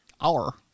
Hour